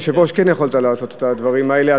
אתה כיושב-ראש כן יכולת לעשות את הדברים האלה,